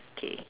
okay